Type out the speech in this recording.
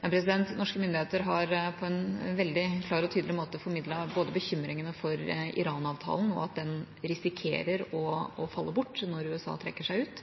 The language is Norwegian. Norske myndigheter har på en veldig klar og tydelig måte formidlet bekymringene for Iran-avtalen, og at den risikerer å falle bort når USA trekker seg ut.